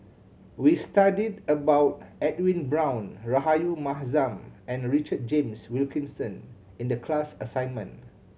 we studied about Edwin Brown Rahayu Mahzam and Richard James Wilkinson in the class assignment